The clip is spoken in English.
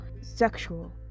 sexual